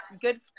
good